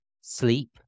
sleep